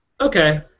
Okay